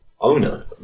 Owner